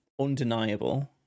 undeniable